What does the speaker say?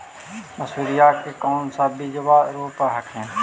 मसुरिया के कौन सा बिजबा रोप हखिन?